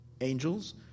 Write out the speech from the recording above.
angels